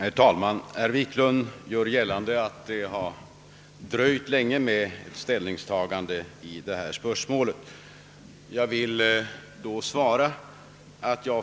Herr talman! Herr Wiklund i Stockholm gör gällande att det har dröjt länge innan ett ställningstagande gjorts i detta spörsmål.